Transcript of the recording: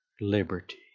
liberty